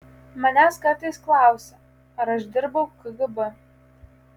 manęs kartais klausia ar aš dirbau kgb